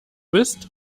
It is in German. bist